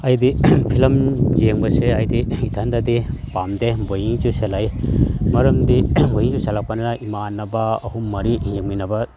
ꯑꯩꯗꯤ ꯐꯤꯂꯝ ꯌꯦꯡꯕꯁꯦ ꯑꯩꯗꯤ ꯏꯊꯟꯗꯗꯤ ꯄꯥꯝꯗꯦ ꯕꯣꯔꯤꯡ ꯆꯨꯁꯤꯜꯂꯛꯏ ꯃꯔꯝꯗꯤ ꯕꯣꯔꯤꯡ ꯆꯨꯁꯤꯜꯂꯛꯄꯅ ꯏꯃꯥꯟꯅꯕ ꯑꯍꯨꯝ ꯃꯔꯤ ꯌꯦꯡꯃꯤꯟꯅꯕ